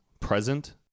present